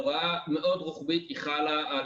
אנחנו כן רואים איזה ענפים נפגעו יותר,